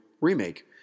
remake